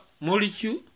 molecule